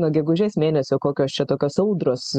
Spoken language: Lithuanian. nuo gegužės mėnesio kokios čia tokios audros